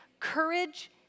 courage